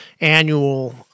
annual